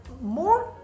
more